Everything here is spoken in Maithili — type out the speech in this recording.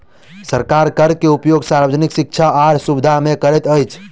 सरकार कर के उपयोग सार्वजनिक शिक्षा आर सुविधा में करैत अछि